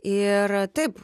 ir taip